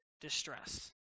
distress